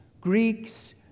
Greeks